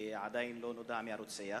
ועדיין לא נודע מי הרוצח,